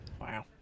Wow